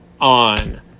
on